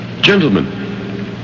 Gentlemen